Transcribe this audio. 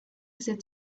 that